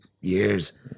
years